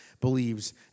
believes